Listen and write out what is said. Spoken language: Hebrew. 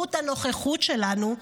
בזכות הנוכחות שלנו,